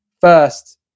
first